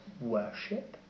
worship